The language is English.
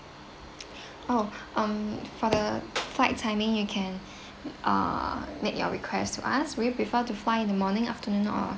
oh um for the flight timing you can uh make your request to us do you prefer to fly in the morning afternoon or